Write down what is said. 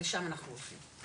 לשם אנחנו הולכים.